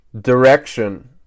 direction